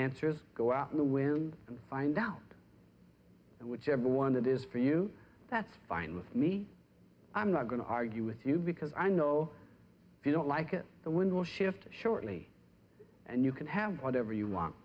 answer is go out in the wind and find out and whichever one it is for you that's fine with me i'm not going to argue with you because i know you don't like it the winds will shift shortly and you can have whatever you want